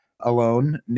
alone